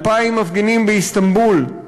2,000 מפגינים באיסטנבול,